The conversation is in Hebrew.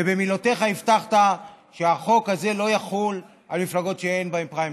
ובמילותיך הבטחת שהחוק הזה לא יחול על מפלגות שאין בהן פריימריז.